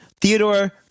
Theodore